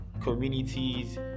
communities